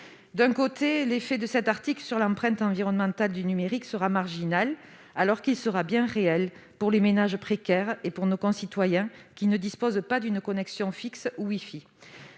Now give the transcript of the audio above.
données. Or l'effet de cet article sur l'empreinte environnementale du numérique sera marginal, alors qu'il sera bien réel pour les ménages précaires et pour nos concitoyens qui ne disposent pas d'une connexion fixe wifi